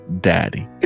daddy